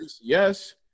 Yes